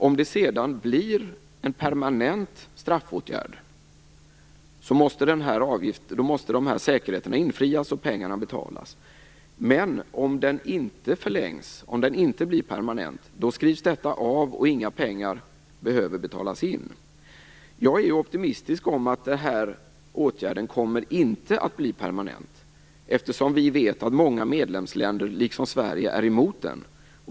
Om det sedan blir en permanent straffåtgärd måste säkerheterna inlösas och pengarna betalas. Men om åtgärden inte förlängs, om den inte blir permanent, skrivs detta av och inga pengar behöver betalas in. Jag är optimistisk om att den här åtgärden inte kommer att bli permanent, eftersom vi vet att många medlemsländer liksom Sverige är emot den.